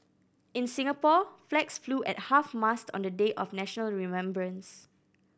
in Singapore flags flew at half mast on the day of national remembrance